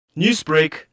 Newsbreak